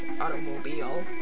automobile